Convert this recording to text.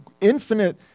infinite